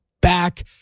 back